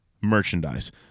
merchandise